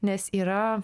nes yra